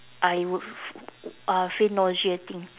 I would f~ uh feel nauseating